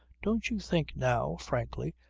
don't you think now, frankly,